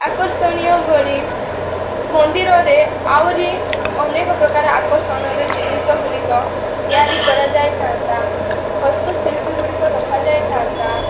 ଆକର୍ଷଣୀୟ ଭଳି ମନ୍ଦିରରେ ଆହୁରି ଅନେକପ୍ରକାର ଆକର୍ଷଣରେ ଜିନିଷ ଗୁଡ଼ିକ ତିଆରି କରାଯାଇଥାନ୍ତା ଫାର୍ଷ୍ଟ ତ ଶିଳ୍ପୀ ଗୁଡ଼ିକ ରଖାଯାଇଥାନ୍ତା